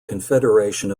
confederation